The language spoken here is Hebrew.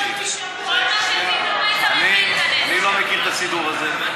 אני לא מכיר את הסידור הזה.